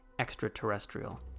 extraterrestrial